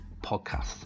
podcast